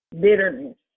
bitterness